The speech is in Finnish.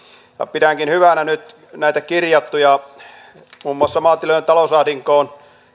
pidänkin hyvänä nyt näitä kirjauksia muun muassa maatilojen talousahdinkoon